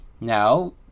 now